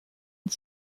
and